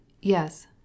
yes